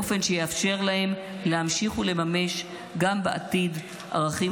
באופן שיאפשר להם להמשיך ולממש גם בעתיד ערכים